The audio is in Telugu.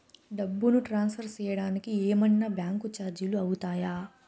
డబ్బును ట్రాన్స్ఫర్ సేయడానికి ఏమన్నా బ్యాంకు చార్జీలు అవుతాయా?